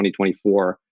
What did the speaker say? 2024